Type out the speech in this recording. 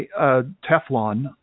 Teflon